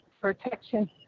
protection